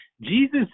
Jesus